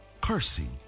Cursing